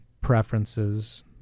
preferences